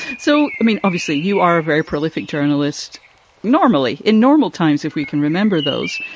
so, i mean, obviously, you are a very prolific journalist normally in normal times, if we can remember those.